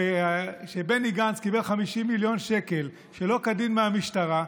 שבני גנץ קיבל 50 מיליון שקל שלא כדין מהמשטרה,